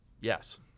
Yes